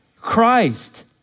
Christ